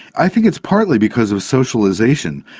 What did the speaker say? i think it's partly because of socialisation.